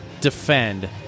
defend